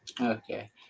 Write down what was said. Okay